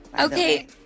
Okay